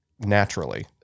Naturally